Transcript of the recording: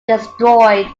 destroyed